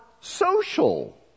social